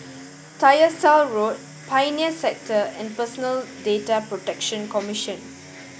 Tyersall Road Pioneer Sector and Personal Data Protection Commission